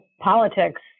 politics